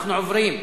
אנחנו עוברים,